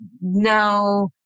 no